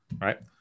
Right